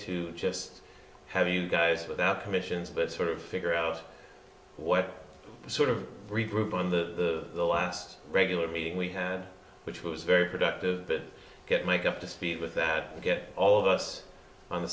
to just have you guys without commissions but sort of figure out what sort of regroup on the last regular meeting we had which was very productive but get mike up to speed with that get all of us on the